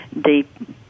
deep